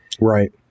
Right